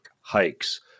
hikes